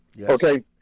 Okay